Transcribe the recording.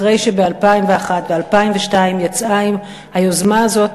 אחרי שב-2001 וב-2002 יצאה עם היוזמה הזאת